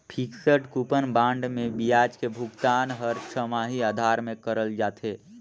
fixed coupon bond मे बियाज के भुगतान हर छमाही आधार में करल जाथे